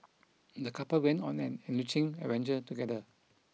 the couple went on an enriching adventure together